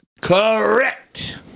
Correct